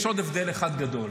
יש עוד הבדל אחד גדול: